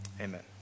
amen